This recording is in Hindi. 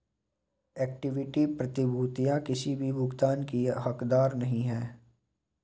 इक्विटी प्रतिभूतियां किसी भी भुगतान की हकदार नहीं हैं